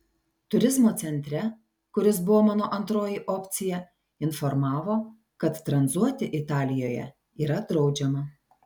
turizmo centre kuris buvo mano antroji opcija informavo kad tranzuoti italijoje yra draudžiama